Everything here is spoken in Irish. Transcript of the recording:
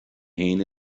féin